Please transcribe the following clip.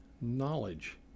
knowledge